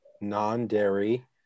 non-dairy